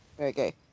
Okay